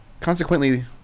consequently